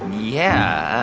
yeah,